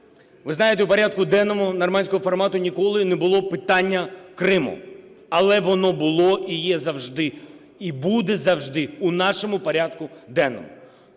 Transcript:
ви знаєте, у порядку денному нормандського формату ніколи не було питання Криму. Але воно було і є завжди, і буде завжди у нашому порядку денному.